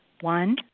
One